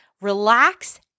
relax